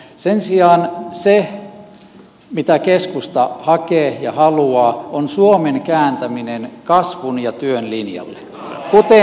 sen sijaan se mitä keskusta hakee ja haluaa on suomen kääntäminen kasvun ja työn linjalle